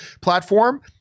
platform